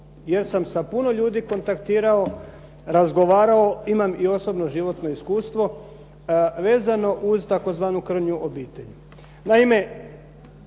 jer sam sa puno ljudi kontaktirao, razgovarao, imam i osobno životno iskustvo, vezano uz tzv. krnju obitelj.